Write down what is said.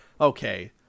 Okay